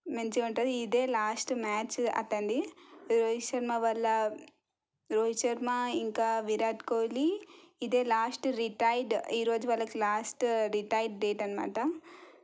మంచిగా ఉంటుంది ఇదే లాస్ట్ మ్యాచ్ అతనిది రోహిత్ శర్మ వల్ల రోహిత్ శర్మ ఇంకా విరాట్ కోహ్లి ఇదే లాస్ట్ రిటైర్డ్ ఈరోజు వాళ్ళకి లాస్ట్ రిటైర్డ్ డేట్ అన్నమాట